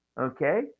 okay